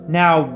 now